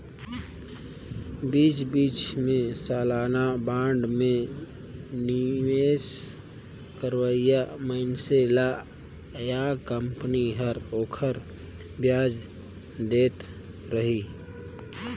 बीच बीच मे सलाना बांड मे निवेस करोइया मइनसे ल या कंपनी हर ओखर बियाज देहत रही